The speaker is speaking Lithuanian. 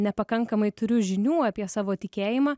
nepakankamai turiu žinių apie savo tikėjimą